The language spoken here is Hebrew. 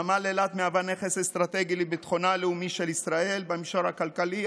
נמל אילת מהווה נכס אסטרטגי לביטחונה הלאומי של ישראל במישור הכלכלי,